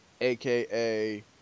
aka